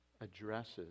addresses